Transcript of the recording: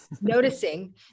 noticing